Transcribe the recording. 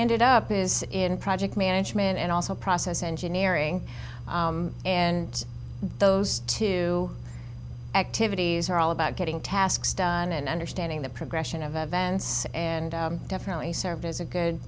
ended up is in project management and also process engineering and those two activities are all about getting tasks done and understanding the progression of events and definitely serves as a good